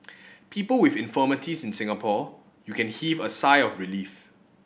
people with infirmities in Singapore you can heave a sigh of relief